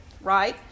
Right